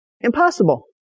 Impossible